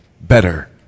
better